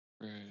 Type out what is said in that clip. Right